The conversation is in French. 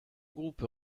groupe